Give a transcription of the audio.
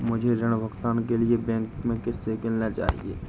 मुझे ऋण भुगतान के लिए बैंक में किससे मिलना चाहिए?